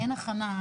אין הכנה,